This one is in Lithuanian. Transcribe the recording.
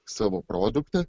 savo produktą